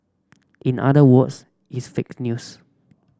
in other words it's fake news